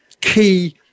key